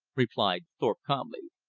replied thorpe calmly.